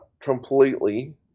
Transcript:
completely